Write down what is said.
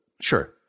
Sure